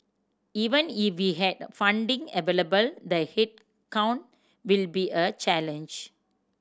even if we had funding available the head count will be a challenge